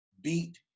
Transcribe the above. Beat